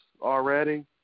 already